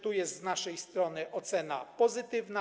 Tu jest z naszej strony ocena pozytywna.